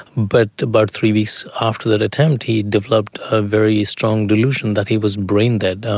but about three weeks after that attempt he developed a very strong delusion that he was brain dead.